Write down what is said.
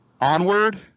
Onward